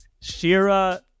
Shira